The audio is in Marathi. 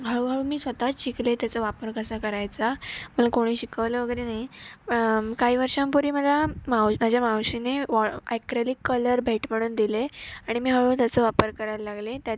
हळूहळू मी स्वतःच शिकले त्याचा वापर कसा करायचा मला कोणी शिकवलं वगैरे नाही काही वर्षांपूर्वी मला माव माझ्या मावशीने वॉ अॅक्रॅलिक कलर भेट म्हणून दिले आणि मी हळूहळू त्याचा वापर करायला लागले त्यात